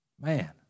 Man